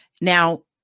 Now